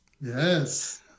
Yes